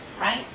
right